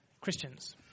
Christians